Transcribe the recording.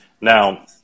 Now